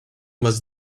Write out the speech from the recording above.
was